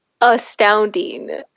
astounding